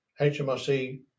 HMRC